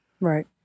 Right